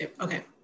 okay